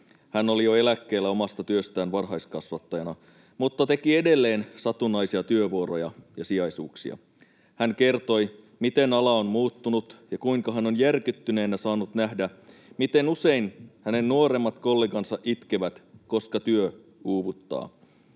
Hän oli jo eläkkeellä omasta työstään varhaiskasvattajana mutta teki edelleen satunnaisia työvuoroja ja sijaisuuksia. Hän kertoi, miten ala on muuttunut ja kuinka hän on järkyttyneenä saanut nähdä, miten usein hänen nuoremmat kollegansa itkevät, koska työ uuvuttaa.